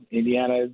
Indiana